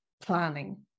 planning